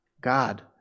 God